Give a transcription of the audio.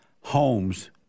homes